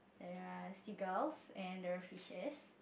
there are seagulls and the fishers